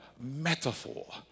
metaphor